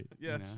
Yes